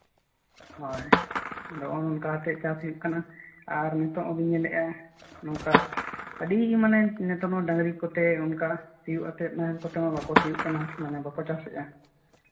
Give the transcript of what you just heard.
ᱦᱳᱭ ᱚᱱ ᱚᱱᱠᱟ ᱠᱟᱛᱮᱫ ᱪᱟᱥ ᱦᱩᱭᱩᱜ ᱠᱟᱱᱟ ᱟᱨ ᱱᱤᱛᱚᱜ ᱚᱱᱮᱧ ᱢᱮᱱᱮᱫᱼᱟ ᱱᱚᱝᱠᱟ ᱟᱹᱰᱤ ᱢᱟᱱᱮ ᱱᱤᱛᱚᱝ ᱢᱟ ᱰᱟᱹᱝᱨᱤ ᱠᱚᱛᱮ ᱚᱱᱠᱟ ᱥᱤᱭᱳᱜ ᱟᱛᱮᱫ ᱱᱟᱦᱮᱞ ᱠᱚᱛᱮ ᱢᱟ ᱵᱟᱠᱚ ᱥᱤᱭᱳᱜ ᱠᱟᱱᱟ ᱢᱟᱱᱮ ᱵᱟᱠᱚ ᱪᱟᱥᱮᱫᱼᱟ